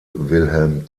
wilhelm